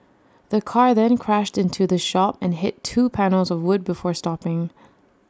the car then crashed into the shop and hit two panels of wood before stopping